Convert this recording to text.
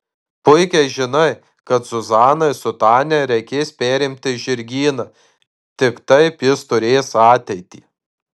puikiai žinai kad zuzanai su tania reikės perimti žirgyną tik taip jis turės ateitį